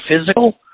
physical